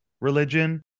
religion